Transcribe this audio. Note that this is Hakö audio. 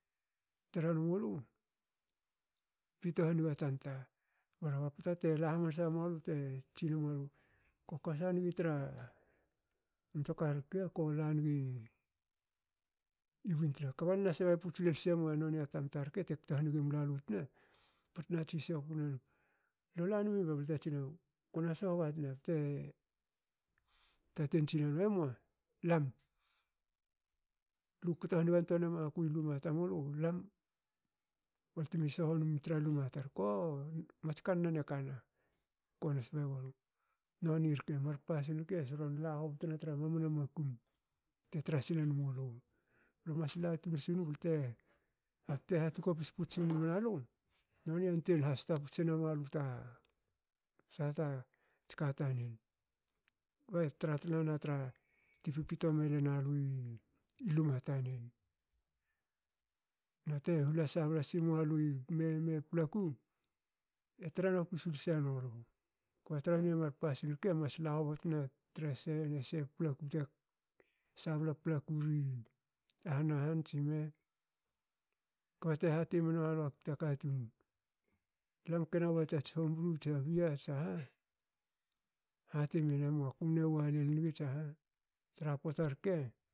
Tran mulu pito haniga tanta bora ba pota tela hamansa mualu te tsine mualu ko kosangi tra mtokar rke kola nigi i buin tina kba lna sebe puts lel semua nona tamta rke te kto haniga mlalu tna batna tsi sokui nenu. lo lanmi me? Bte tsi nenum, "kona sho ga tina,"bte tatin tsinenu emua lam,"lukto hanigantoa ne maku luma tamulu lam balte me sohom tra luma tar,"ko mats kannan ekana konas be gulu noni rke mar pasin rke solon la hobtona tra mamana makum te tra silenmulu. Lemas latun sinum bte hat kopis puts si mamana lu. nonie yanuei hasta puts enamalu ta saha tats katanen be tra tnana tra te pipito me lin alui luma tanen. nate hula sabla simualui me paplaku te sabla paplaku. e tra noku sil senulu. Ko trengi mar pasin rke mas la hobotna tre se ne se paplaku sabla paplaku ri ahana han tsime. kba te hatie menualu ta katun. lam kena wa tats hombru tsa bia tsaha. hati mien emua kumne wa lol ngi tsaha tra pota rke